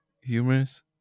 Humorous